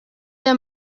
der